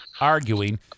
arguing